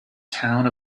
town